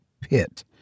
pit